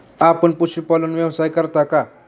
आपण पशुपालन व्यवसाय करता का?